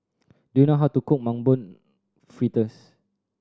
do you know how to cook Mung Bean Fritters